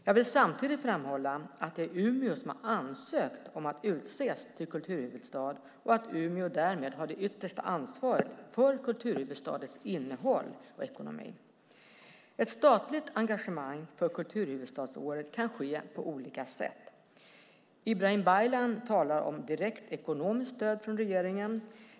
Jag vill samtidigt framhålla att det är Umeå som har ansökt om att utses till kulturhuvudstad och att Umeå därmed har det yttersta ansvaret för kulturhuvudstadsårets innehåll och ekonomi. Ett statligt engagemang för kulturhuvudstadsåret kan ske på olika sätt. Ibrahim Baylan talar om direkt ekonomiskt stöd från regeringen.